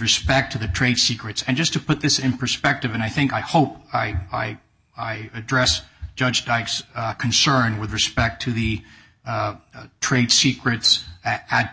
respect to the trade secrets and just to put this in perspective and i think i hope i i address judge dykes concern with respect to the trade secrets